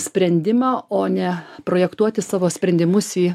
sprendimą o ne projektuoti savo sprendimus į